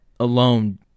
alone